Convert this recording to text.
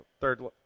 third